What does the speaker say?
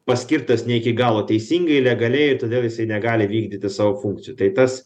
paskirtas ne iki galo teisingai legaliai ir todėl jisai negali vykdyti savo funkcijų tai tas